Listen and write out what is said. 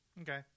Okay